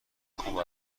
خوب